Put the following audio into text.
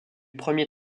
premier